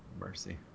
mercy